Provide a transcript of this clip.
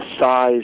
size